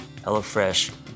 HelloFresh